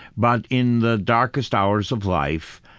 but in the darkest hours of life,